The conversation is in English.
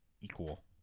equal